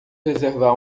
reservar